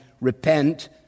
Repent